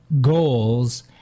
goals